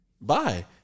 Bye